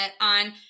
on